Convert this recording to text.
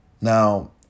Now